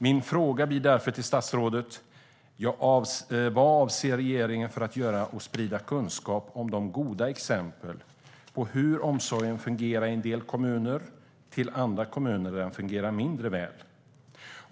Min fråga till statsrådet är därför: Vad avser regeringen att göra för att sprida kunskap om goda exempel på hur omsorgen fungerar i en del kommuner till andra kommuner där omsorgen fungerar mindre väl?